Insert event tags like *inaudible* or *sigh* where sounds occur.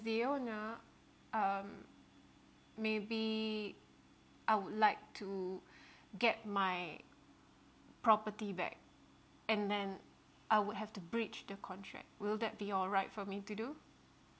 the owner um maybe I would like to *breath* get my property back and then I would have to breach the contract will that be all right for me to do